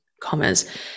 commas